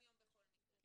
בכל מקרה,